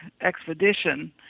expedition